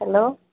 hello